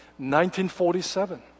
1947